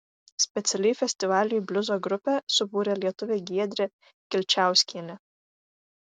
specialiai festivaliui bliuzo grupę subūrė lietuvė giedrė kilčiauskienė